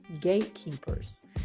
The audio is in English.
gatekeepers